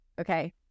Okay